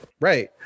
right